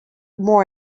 more